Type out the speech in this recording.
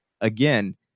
again